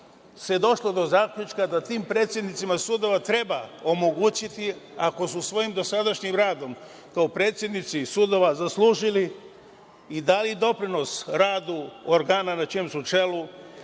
se došlo do zaključka da tim predsednicima sudova treba omogućiti, ako su svojim dosadašnjim radom kao predsednici sudova zaslužili i dali doprinos radu organa na čijem su čelu,